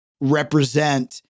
represent